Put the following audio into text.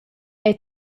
era